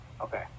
okay